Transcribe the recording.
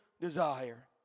desire